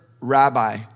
rabbi